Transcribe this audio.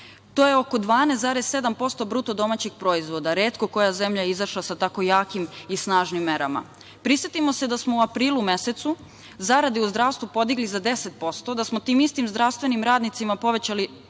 To je oko 12,7% BDP. Retko koja zemlja je izašla sa tako jakim i snažnim merama. Prisetimo se da smo u aprilu mesecu zarade u zdravstvu podigli za 10%, da smo tim istim zdravstvenim radnicima povećali